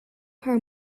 haar